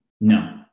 no